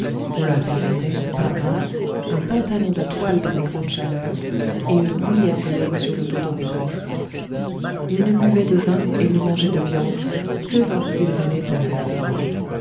on leur permettait par grâce un pantalon de toile dans les grandes chaleurs et une roulière de laine sur le dos dans les grands froids ils ne buvaient de vin et ne mangeaient de viande que lorsqu'ils allaient à la fatigue